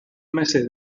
meses